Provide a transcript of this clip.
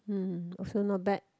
hmm also not bad